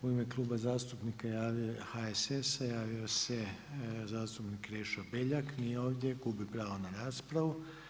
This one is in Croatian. U ime Kluba zastupnika HSS-a javio se zastupnik Krešo Beljak, nije ovdje, gubi pravo na raspravu.